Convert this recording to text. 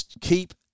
Keep